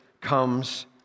comes